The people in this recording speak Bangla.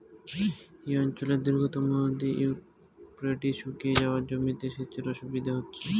এই অঞ্চলের দীর্ঘতম নদী ইউফ্রেটিস শুকিয়ে যাওয়ায় জমিতে সেচের অসুবিধে হচ্ছে